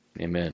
amen